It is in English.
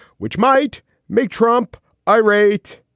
which might make trump irate.